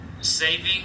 saving